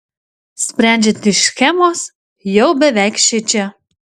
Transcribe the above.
sprendžiant iš schemos jau beveik šičia